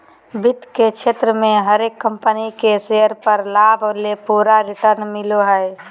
वित्त के क्षेत्र मे हरेक कम्पनी के शेयर पर लाभ ले पूरा रिटर्न मिलो हय